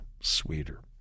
sweeter